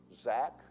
Zach